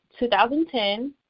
2010